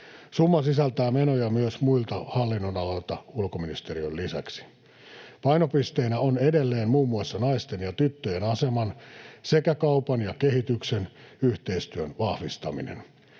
Summa sisältää menoja myös muilta hallinnonaloilta ulkoministeriön lisäksi. Painopisteenä on edelleen muun muassa naisten ja tyttöjen aseman sekä kaupan ja kehityksen yhteistyön vahvistaminen.